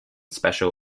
special